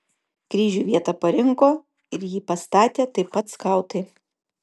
kryžiui vietą parinko ir jį pastatė taip pat skautai